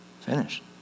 finished